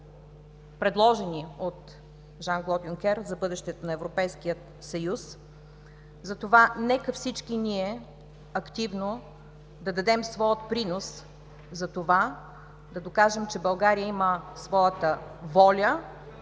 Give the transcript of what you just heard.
предложени от Жан-Клод Юнкер, за бъдещето на Европейския съюз. Нека всички ние активно да дадем своя принос за това да докажем, че България има своята воля